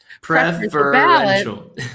preferential